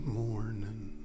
morning